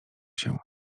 się